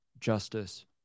justice